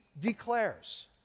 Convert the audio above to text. declares